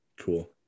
cool